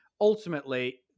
ultimately